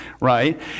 right